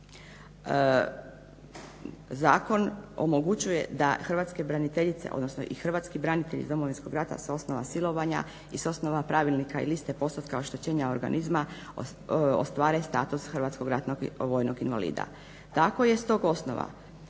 zakon omogućuje da hrvatske braniteljice odnosno i hrvatski branitelji iz Domovinskog rata s osnova silovanja i s osnova Pravilnika i liste postotka oštećenja organizma ostvare status hrvatskog ratnog vojnog invalida. Tako je s tog osnova